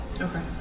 Okay